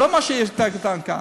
לא מה יותר קטן כאן.